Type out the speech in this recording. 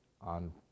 on